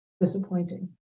disappointing